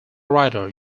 writer